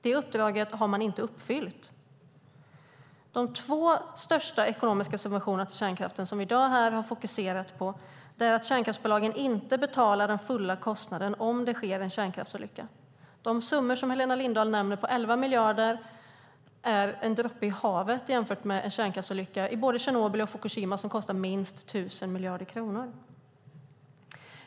Det uppdraget har man inte uppfyllt. Vi har i dag fokuserat på de två största ekonomiska subventionerna till kärnkraften. Kärnkraftsbolagen betalar inte den fulla kostnaden om det sker en kärnkraftsolycka. De summor som Helena Lindahl nämner, på 11 miljarder, är en droppe i havet jämfört med en kärnkraftsolycka i Tjernobyl och Fukushima, som kostar minst 1 000 miljarder kronor.